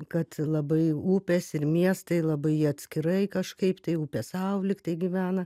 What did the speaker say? kad labai upės ir miestai labai atskirai kažkaip tai upės sau lygtai gyvena